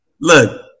Look